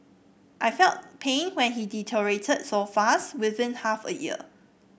I felt pain when he deteriorated so fast within half a year